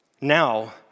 Now